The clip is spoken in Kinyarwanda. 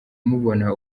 mubona